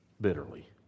bitterly